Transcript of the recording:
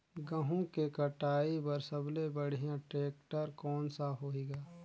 गहूं के कटाई पर सबले बढ़िया टेक्टर कोन सा होही ग?